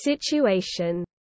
situation